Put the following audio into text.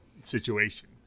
situation